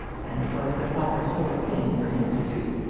and it was the proper sort of thing for him to do.